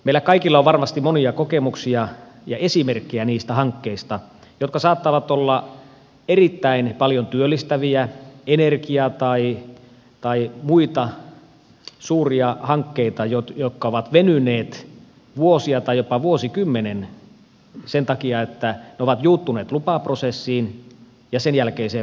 meillä kaikilla on varmasti monia kokemuksia ja esimerkkejä niistä hankkeista jotka saattavat olla erittäin paljon työllistäviä energia tai muita suuria hankkeita jotka ovat venyneet vuosia tai jopa vuosikymmenen sen takia että ne ovat juuttuneet lupaprosessiin ja sen jälkeiseen valituskierteeseen